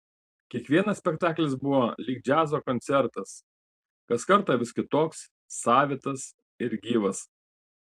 kiekvienas spektaklis buvo lyg džiazo koncertas kas kartą vis kitoks savitas ir gyvas